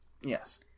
Yes